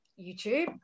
youtube